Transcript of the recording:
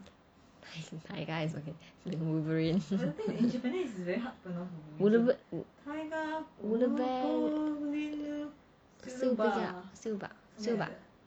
his taiga is okay but wolverine